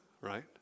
right